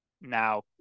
now